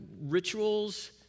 rituals